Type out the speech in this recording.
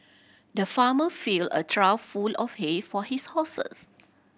the farmer filled a trough full of hay for his horses